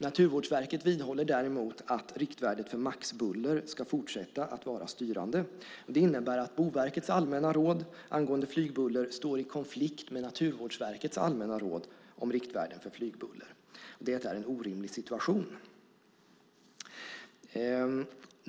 Naturvårdsverket vidhåller däremot att riktvärdet för maxbuller ska fortsätta att vara styrande. Det innebär att Boverkets allmänna råd angående flygbuller står i konflikt med Naturvårdsverkets allmänna råd om riktvärden för flygbuller, och det är en orimlig situation.